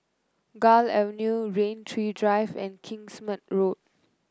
Gul Avenue Rain Tree Drive and Kingsmead Road